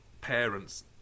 parents